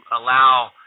allow